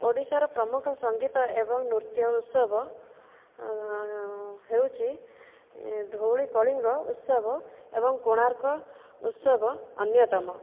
ଓଡ଼ିଶାର ପ୍ରମୁଖ ସଙ୍ଗୀତ ଏବଂ ନୃତ୍ୟ ଉତ୍ସବ ହେଉଛି ଧଉଳି କଳିଙ୍ଗ ଉତ୍ସବ ଏବଂ କୋଣାର୍କ ଉତ୍ସବ ଅନ୍ୟତମ